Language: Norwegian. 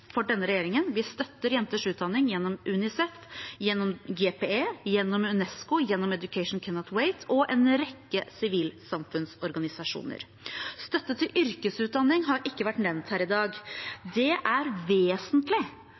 denne regjeringen. Vi støtter jenters utdanning gjennom UNICEF, gjennom GPE, gjennom UNESCO, gjennom Education Cannot Wait og gjennom en rekke sivilsamfunnsorganisasjoner. Støtte til yrkesutdanning har ikke vært nevnt her i dag. Det er vesentlig